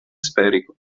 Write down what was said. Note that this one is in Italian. sferico